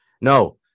no